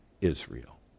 Israel